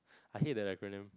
I hate the acronym